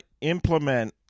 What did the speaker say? implement